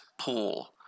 pool